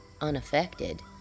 unaffected